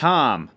Tom